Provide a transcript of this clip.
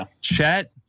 Chet